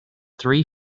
three